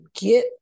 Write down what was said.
get